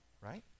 right